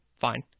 fine